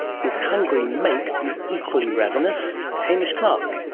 his hungry mate is equally ravenous, hamish clarke,